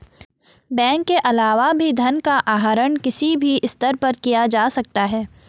bank के अलावा भी धन का आहरण किसी भी स्तर पर किया जा सकता है